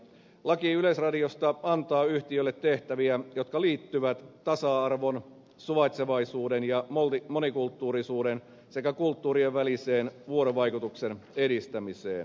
laki yleisradiosta antaa yhtiölle tehtäviä jotka liittyvät tasa arvon suvaitsevaisuuden ja monikulttuurisuuden sekä kulttuurien välisen vuorovaikutuksen edistämiseen